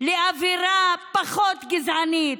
לאווירה פחות גזענית.